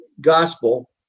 gospel